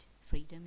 Freedom